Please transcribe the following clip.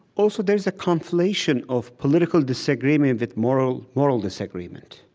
also, there's a conflation of political disagreement with moral moral disagreement.